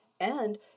And